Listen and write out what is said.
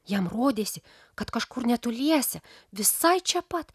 jam rodėsi kad kažkur netoliese visai čia pat